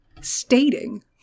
stating